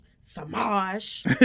Samaj